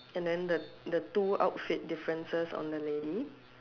and then the the two outfit differences on the lady